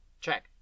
check